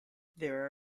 there